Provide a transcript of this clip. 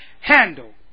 handle